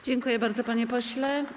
Dziękuję bardzo, panie pośle.